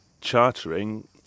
chartering